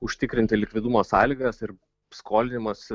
užtikrinti likvidumo sąlygas ir skolinimosi